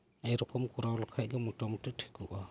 ᱮᱭ ᱨᱚᱠᱚᱢ ᱠᱚᱨᱟᱣ ᱞᱮᱠᱷᱟᱱ ᱜᱮ ᱢᱳᱴᱟᱢᱩᱴᱤ ᱴᱷᱤᱠᱚᱜᱼᱟ